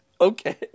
okay